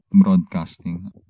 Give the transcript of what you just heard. broadcasting